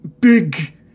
big